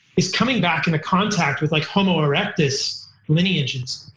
is coming back into contact with like homo erectus lineages.